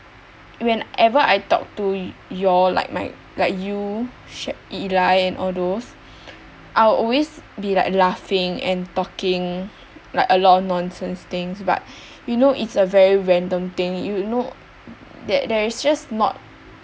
whenever I talk to you all like my like you Eli and all those I will always be like laughing and talking like a lot of nonsense things but you know it's a very random thing you know that there is just not